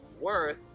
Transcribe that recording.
worth